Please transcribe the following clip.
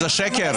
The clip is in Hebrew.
זה פשוט שקר.